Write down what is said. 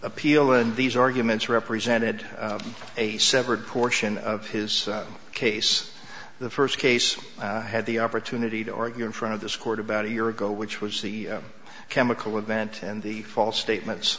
appeal and these arguments represented a severed portion of his case the first case had the opportunity to argue in front of this court about a year ago which was the chemical event and the false statements